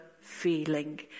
feeling